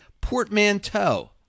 portmanteau